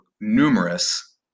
numerous